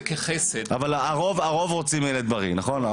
כחסד --- אבל הרוב רוצים ילד בריא נכון?